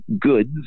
goods